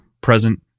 present